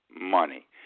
money